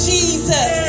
Jesus